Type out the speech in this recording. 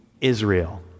Israel